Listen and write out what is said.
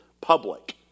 public